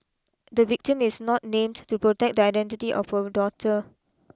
the victim is not named to protect the identity of her daughter